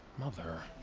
mother.